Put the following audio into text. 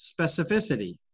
specificity